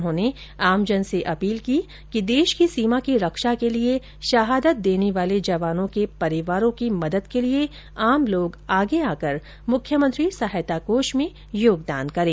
उन्होंने आमजन से अपील की कि देश की सीमा की रक्षा के लिए शहादत देने वाले जवानों के परिवारों की मदद के लिए आम लोग आगे आकर मुख्यमंत्री सहायता कोष में योगदान करें